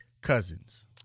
Cousins